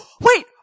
Wait